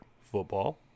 football